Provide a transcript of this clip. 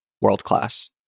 world-class